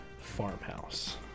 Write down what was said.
farmhouse